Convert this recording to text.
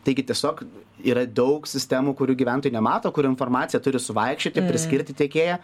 taigi tiesiog yra daug sistemų kurių gyventojai nemato kur informacija turi suvaikščioti priskirti tiekėją